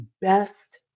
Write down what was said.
best